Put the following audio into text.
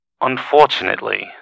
Unfortunately